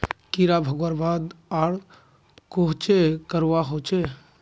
कीड़ा भगवार बाद आर कोहचे करवा होचए?